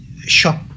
shop